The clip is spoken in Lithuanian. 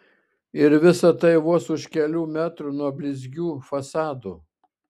ir visa tai vos už kelių metrų nuo blizgių fasadų